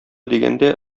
дигәндә